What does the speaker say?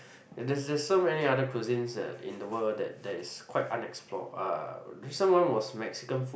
and there's there's so many other cuisines uh in the world that that is quite unexplored uh recent one was Mexican food